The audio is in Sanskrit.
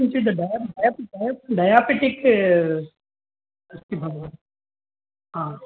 किञ्चिद् ड ड डय डयाबिटिक् अस्ति महोदय आं